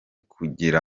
kugira